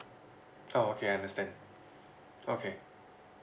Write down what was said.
oh okay I understand okay